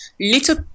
little